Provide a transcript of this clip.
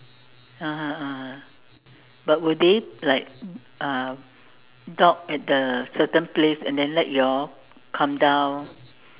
(uh huh) (uh huh) but would they like uh dock at a certain place and then let you all come down